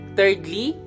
Thirdly